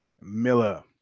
Miller